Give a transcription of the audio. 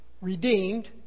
redeemed